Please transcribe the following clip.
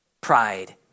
pride